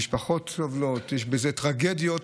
המשפחות סובלות, יש בזה טרגדיות,